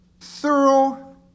thorough